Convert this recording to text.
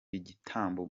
igitambo